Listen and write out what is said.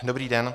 Dobrý den.